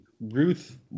Ruth